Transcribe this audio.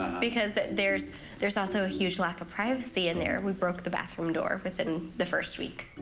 because there's there's also a huge lack of privacy in there. we broke the bathroom door within the first week.